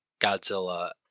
Godzilla